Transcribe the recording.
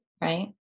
Right